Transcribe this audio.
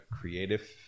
Creative